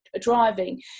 driving